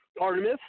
Artemis